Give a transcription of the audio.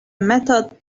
method